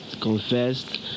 confessed